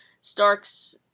Starks